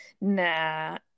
nah